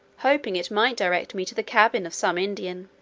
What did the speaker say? hoping it might direct me to the cabin of some indian.